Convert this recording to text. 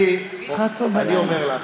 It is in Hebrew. את אומרת: